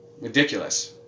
Ridiculous